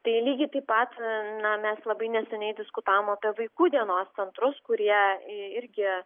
tai lygiai taip pat na mes labai neseniai diskutavom apie vaikų dienos centrus kurie irgi